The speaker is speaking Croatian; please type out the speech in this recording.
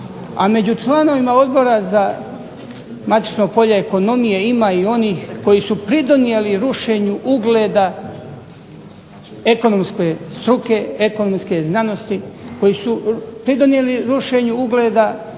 A među članovima odbora za matično polje ekonomije ima i onih koji su pridonijeli rušenju ugleda ekonomske struke, ekonomske znanosti, koji su pridonijeli rušenju ugleda